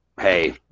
hey